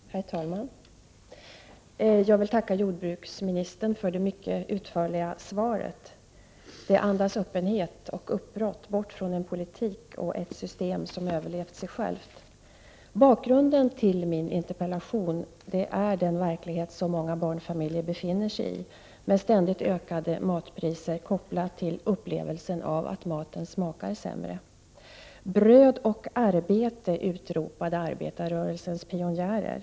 Herr talman! Först vill jag tacka jordbruksministern för det mycket utförliga svaret. Det andas öppenhet och uppbrott — man skall bort från en politik och ett system som överlevt sig självt. 67 Bakgrunden till min interpellation är den verklighet som många barnfamiljer befinner sig i, med ständigt ökande matpriser kopplat till upplevelsen att maten smakar sämre. Bröd och arbete! utropade arbetarrörelsens pionjärer.